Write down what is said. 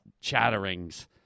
chatterings